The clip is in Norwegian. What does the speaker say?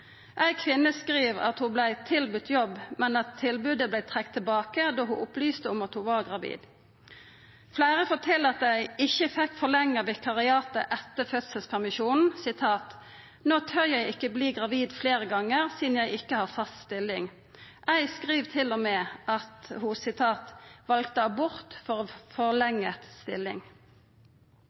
Ei kvinne skriv at ho vart tilbydd jobb, men at tilbodet vart trekt tilbake då ho opplyste om at ho var gravid. Fleire fortel at dei ikkje fekk forlengt vikariatet etter fødselspermisjonen: «Nå tør jeg ikke bli gravid flere ganger siden jeg ikke har fast stilling». Ei skriv til og med at ho «valgte abort for å få forlenget stilling».